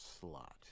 slot